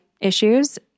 issues